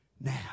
now